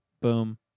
Boom